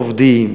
עובדים,